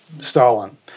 Stalin